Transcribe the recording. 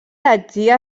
heretgia